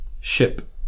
ship